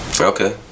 Okay